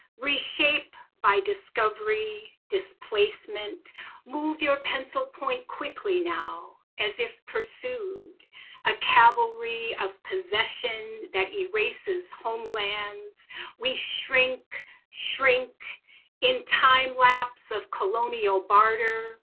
reshape by discovery, displacement move your pencil point quickly now as if pursued a cavalry of possession that erases homelands we shrink shrink in time-lapse of colonial barter.